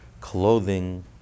clothing